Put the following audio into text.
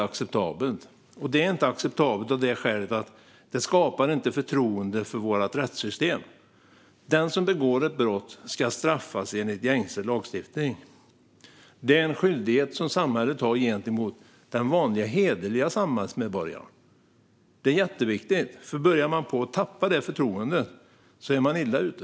Detta är inte acceptabelt av det skälet att det inte skapar förtroende för vårt rättssystem. Den som begår ett brott ska straffas enligt gängse lagstiftning. Detta är en skyldighet som samhället har gentemot den vanliga hederliga samhällsmedborgaren. Detta är jätteviktigt, för om man börjar tappa förtroendet är vi illa ute.